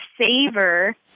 savor